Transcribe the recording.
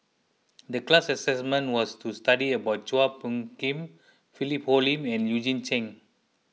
the class assignment was to study about Chua Phung Kim Philip Hoalim and Eugene Chen